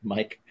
Mike